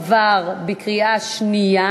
החוק עבר בקריאה שנייה.